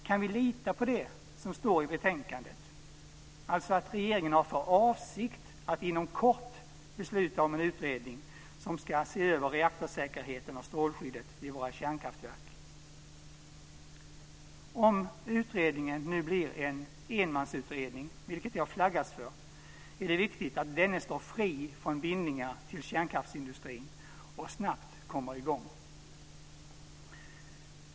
Kan vi lita på det som står i betänkandet, dvs. att regeringen har för avsikt att inom kort besluta om en utredning som ska se över reaktorsäkerheten och strålskyddet vid våra kärnkraftverk? Om utredningen nu blir en enmansutredning, vilket det har flaggats för, är det viktigt att den personen står fri från bindningar till kärnkraftsindustrin och att utredningen snabbt kommer i gång.